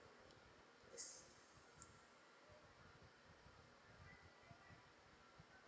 yes